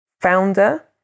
founder